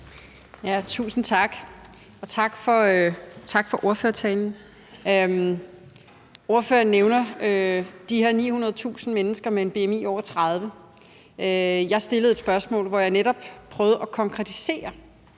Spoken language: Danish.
Tusind tak, og tak for ordførertalen. Ordføreren nævner de her 900.000 mennesker med en bmi på over 30. Jeg stillede et spørgsmål, hvor jeg netop prøvede at konkretisere